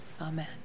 Amen